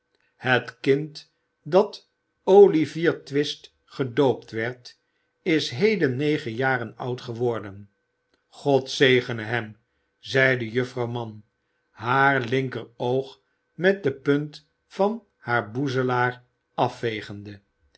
het kind dat olivier twist gedoopt werd is heden negen jaren oud geworden god zegene hem zeide juffrouw mann haar linkeroog met de punt van haar boezelaar afvegende